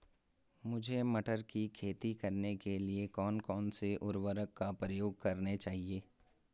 मुझे मटर की खेती करने के लिए कौन कौन से उर्वरक का प्रयोग करने चाहिए?